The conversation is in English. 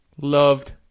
Loved